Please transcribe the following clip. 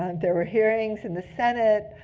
um there were hearings in the senate.